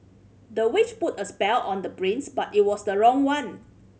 the witch put a spell on the prince but it was the wrong one